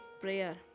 prayer